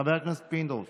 חבר הכנסת פינדרוס,